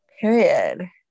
period